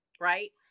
right